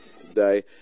today